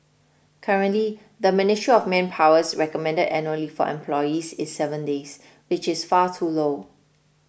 currently the Ministry of Manpower's recommended annual leave for employees is seven days which is far too low